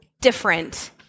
different